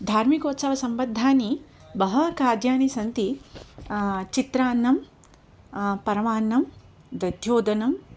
धार्मिकोत्सवसम्बद्धानि बहूणि खाद्यानि सन्ति चित्रान्नं परमान्नं दध्योदनं